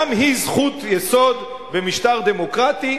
גם היא זכות יסוד במשטר דמוקרטי,